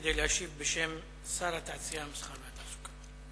כדי להשיב בשם שר התעשייה, המסחר והתעסוקה.